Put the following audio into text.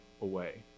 away